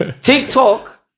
TikTok